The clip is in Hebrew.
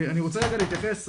אני רוצה רגע להתייחס.